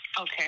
Okay